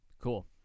Cool